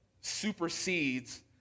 supersedes